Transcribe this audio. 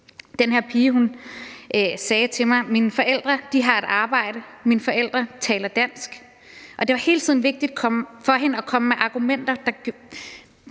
Den her pige sagde til mig: Mine forældre har et arbejde, mine forældre taler dansk. Og det var hele tiden vigtigt for hende at komme med argumenter om,